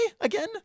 again